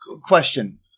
Question